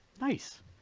Nice